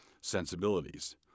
sensibilities